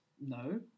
No